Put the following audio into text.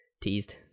teased